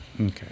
Okay